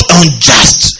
unjust